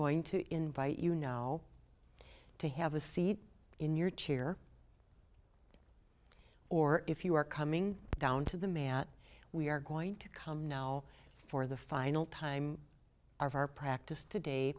going to invite you now to have a seat in your chair or if you are coming down to the man we are going to come now for the final time of our practice today